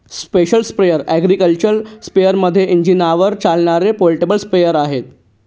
special sprayer agriculture स्पेअरमध्ये इंजिनावर चालणारे पोर्टेबल स्प्रेअर आहे